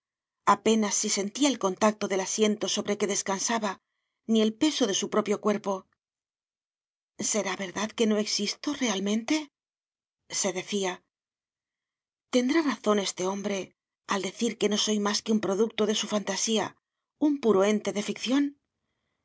apenas si sentía el contacto del asiento sobre que descansaba ni el peso de su propio cuerpo será verdad que no existo realmente se decía tendrá razón este hombre al decir que no soy más que un producto de su fantasía un puro ente de ficción